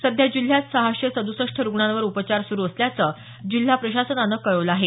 सध्या जिल्ह्यात सहाशे सद्रसष्ट रुग्णांवर उपचार सुरू असल्याचं जिल्हा प्रशासनानं कळवलं आहे